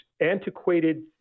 antiquated